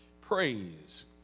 Praise